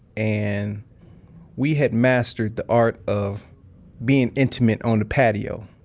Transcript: and we had mastered the art of being intimate on the patio.